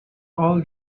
all